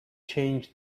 change